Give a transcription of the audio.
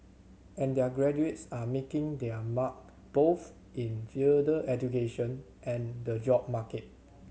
and their graduates are making their mark both in further education and the job market